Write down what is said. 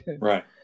Right